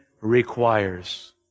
requires